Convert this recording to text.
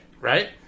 right